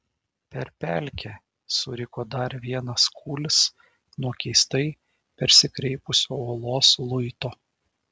per pelkę suriko dar vienas kūlis nuo keistai persikreipusio uolos luito